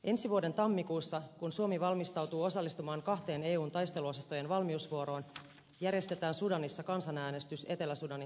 ensi vuoden tammikuussa kun suomi valmistautuu osallistumaan kahteen eun taisteluosastojen valmiusvuoroon järjestetään sudanissa kansanäänestys etelä sudanin itsenäistymisestä